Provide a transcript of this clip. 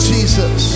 Jesus